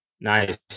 Nice